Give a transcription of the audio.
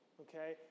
okay